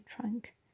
trunk